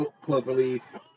Cloverleaf